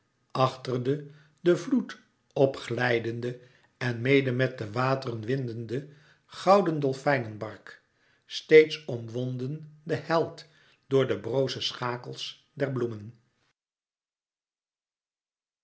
achter de den vloed p glijdende en mede met de wateren windende gouden dolfijnenbark steeds omwonden de held door de broze schakels der bloemen